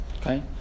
okay